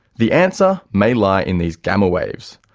the answer may lie in these gamma waves.